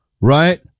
Right